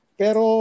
pero